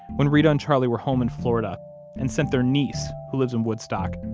when reta and charlie were home in florida and sent their niece, who lives in woodstock,